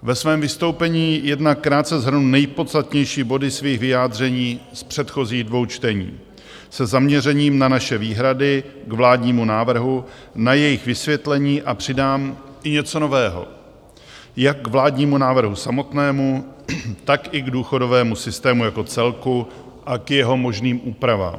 Ve svém vystoupení jednak krátce shrnu nejpodstatnější body svých vyjádření z předchozích dvou čtení, se zaměřením na naše výhrady k vládnímu návrhu, na jejich vysvětlení a přidám i něco nového jak k vládnímu návrhu samotnému, tak i k důchodovému systému jako celku a k jeho možným úpravám.